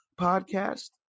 Podcast